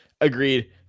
Agreed